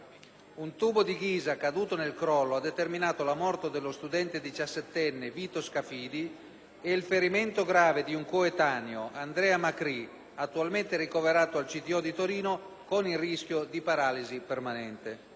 Un tubo di ghisa, caduto nel crollo, ha determinato la morte dello studente diciassettenne Vito Scafidi e il ferimento grave di un coetaneo, Andrea Macrì, attualmente ricoverato al CTO di Torino con il rischio di paralisi permanente.